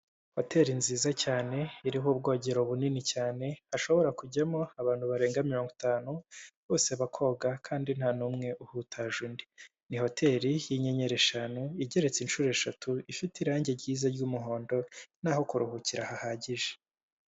Hoteri nziza cyane, iriho ubwogero bunini cyane, hashobora kujyamo abantu barenga mirongo itanu, bose bakoga kandi ntanumwe uhutaje undi. Ni hoteli y'inyenyeri eshanu, igereretse inshuro eshatu, ifite irangi ryiza ry'umuhondo, n'aho kuruhukira hahagije.